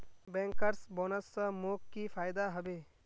bankers bonus स मोक की फयदा हबे